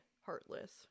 heartless